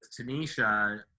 Tanisha